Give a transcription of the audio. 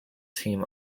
team